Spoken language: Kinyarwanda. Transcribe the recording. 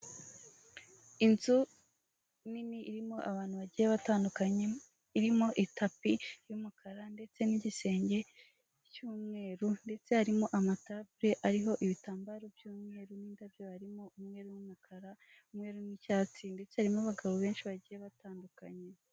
Icyapa cya mpande enye, umuzenguruko wumukara, ubuso bw'umuhondo, ibirango by'umukara, kigaragaza ko ushobora gukomeza imbere cyangwa ugakata k'uruhande rw'ibumoso.